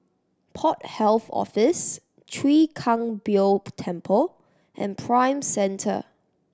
Port Health Office Chwee Kang Beo Temple and Prime Centre